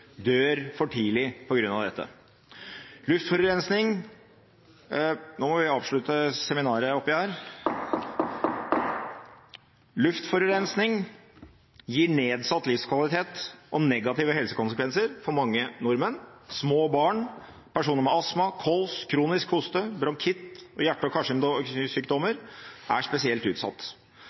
dør for tidlig på grunn av dette. Luftforurensning … Nå må vi avslutte «seminaret» her! Luftforurensning gir nedsatt livskvalitet og negative helsekonsekvenser for mange nordmenn. Små barn og personer med astma, kols, kronisk hoste, bronkitt og hjerte- og karsykdommer er spesielt utsatt.